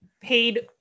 Paid